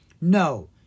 No